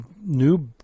new